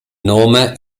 nome